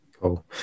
Cool